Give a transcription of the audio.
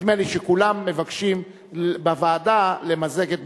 נדמה לי שכולם מבקשים בוועדה למזג את בקשתם,